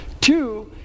Two